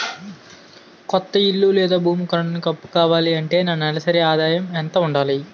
కొత్త ఇల్లు లేదా భూమి కొనడానికి అప్పు కావాలి అంటే నా నెలసరి ఆదాయం ఎంత ఉండాలి?